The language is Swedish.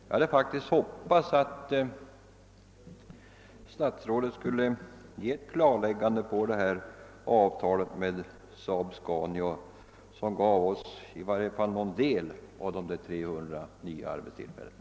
Jag hade hoppats att statsrådet skulle ge ett klarläggande i fråga om avtalet med SAAB-Scania — ett klarläggande av huruvida vi får i varje fall någon del av de 300 nya arbetstillfällena.